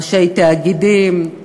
ראשי תאגידים,